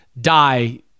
die